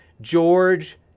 George